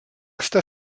està